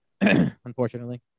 unfortunately